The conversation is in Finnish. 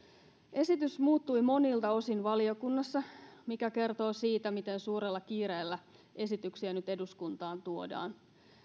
esitys muuttui monilta osin valiokunnassa mikä kertoo siitä miten suurella kiireellä esityksiä nyt eduskuntaan tuodaan